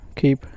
Keep